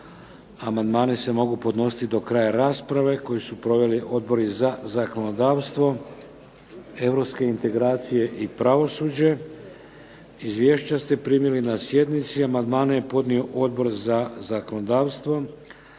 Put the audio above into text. Amandmani se mogu podnositi do kraja rasprave, koju su proveli odbori za zakonodavstvo, europske integracije i pravosuđe. Izvješća ste primili na sjednici. Amandmane je podnio Odbor za zakonodavstvo.